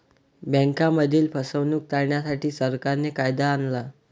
बँकांमधील फसवणूक टाळण्यासाठी, सरकारने कायदा आणला